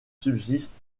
subsistent